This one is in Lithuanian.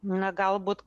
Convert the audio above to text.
na galbūt